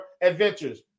adventures